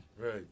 Right